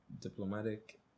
Diplomatic